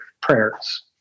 prayers